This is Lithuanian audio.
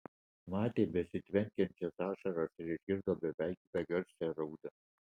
matė besitvenkiančias ašaras ir išgirdo beveik begarsę raudą